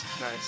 Nice